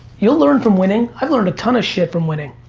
you'll learn from winning, i've learned a ton of shit from winning.